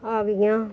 ਆ ਗਈਆਂ